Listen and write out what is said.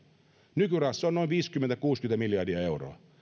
nykyrahassa se on noin viisikymmentä viiva kuusikymmentä miljardia euroa